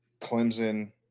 Clemson